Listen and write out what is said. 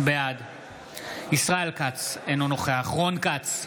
בעד ישראל כץ, אינו נוכח רון כץ,